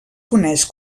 coneix